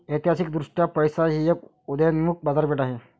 ऐतिहासिकदृष्ट्या पैसा ही एक उदयोन्मुख बाजारपेठ आहे